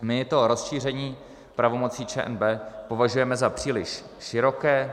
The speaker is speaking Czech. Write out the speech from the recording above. My to rozšíření pravomocí ČNB považujeme za příliš široké.